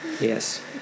yes